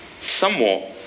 somewhat